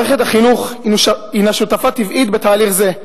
מערכת החינוך הינה שותפה טבעית בתהליך זה,